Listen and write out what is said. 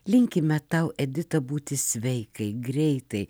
linkime tau edita būti sveikai greitai